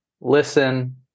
listen